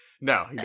No